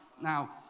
Now